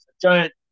giant